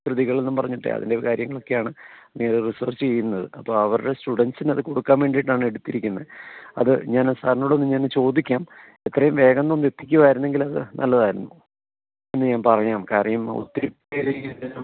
കൃതികൾ എന്നും പറഞ്ഞിട്ടെ അതിൻ്റെ ഒക്കെ കാര്യങ്ങളൊക്കെയാണ് അവർ റിസർച്ച് ചെയ്യുന്നത് അപ്പോൾ അവരുടെ സ്റ്റുഡൻറ്സിന് അതു കൊടുക്കാൻ വേണ്ടിയിട്ടാണ് എടുത്തിരിക്കുന്നത് അതു ഞാനത് സാറിനോട് ഒന്നു ഞാൻ ചോദിക്കാം എത്രയും വേഗം ഒന്ന് എത്തിക്കുകയായിരുന്നെങ്കിൽ അതു നല്ലതായിരുന്നു എന്നു ഞാൻ പറയാം കാര്യം ഒത്തിരിപ്പേർ ഇങ്ങനെ വന്ന്